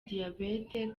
diyabete